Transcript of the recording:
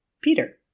Peter